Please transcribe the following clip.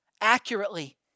accurately